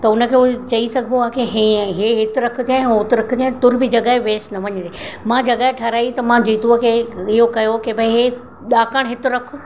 त हुन खे उहो चई सघिबो आहे की इहे इहे हुते रखिजे उहो हुते रखिजे तुर बि जॻहि वेस्ट न वञणे मां जॻहि ठहिराई त मां जीतूअ खे इहो कयो कि भई इहे ॾाकणु हिते रखु